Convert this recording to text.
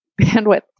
bandwidth